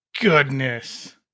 goodness